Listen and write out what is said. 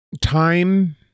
time